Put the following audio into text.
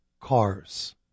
cars